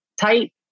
tight